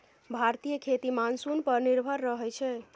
भारतीय खेती मानसून पर निर्भर रहइ छै